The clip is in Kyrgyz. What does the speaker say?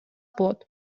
болот